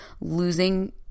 losing